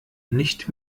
nicht